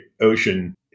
Ocean